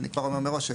אני כבר אומר מראש,